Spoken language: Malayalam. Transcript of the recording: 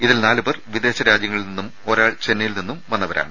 ഇതിൽ നാലു പേർ വിദേശ രാജ്യങ്ങളിൽ നിന്നും ഒരാൾ ചെന്നെയിൽ നിന്നും വന്നവരാണ്